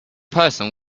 person